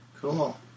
Cool